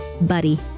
Buddy